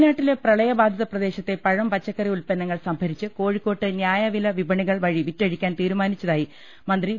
വയനാട്ടിലെ പ്രളയബാധിത പ്രദേശത്തെ പഴം പച്ചക്കറി ഉല്പന്നങ്ങൾ സംഭരിച്ച് കോഴിക്കോട്ട് ന്യായവില വിപണി കൾ വഴി വിറ്റഴിക്കാൻ തീരുമാനിച്ചതായി മന്ത്രി വി